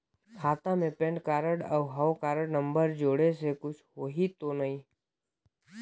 खाता मे PAN card और हव कारड नंबर जोड़े से कुछ होही तो नइ?